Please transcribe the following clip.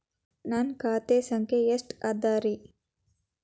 ನನ್ನ ಖಾತೆ ಸಂಖ್ಯೆ ಎಷ್ಟ ಅದರಿ?